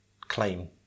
claim